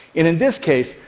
in in this case,